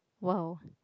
!wow!